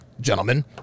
gentlemen